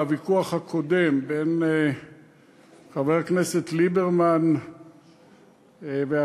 על הוויכוח הקודם בין חבר הכנסת ליברמן ואחרים,